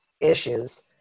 issues